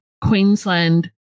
Queensland